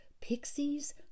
pixies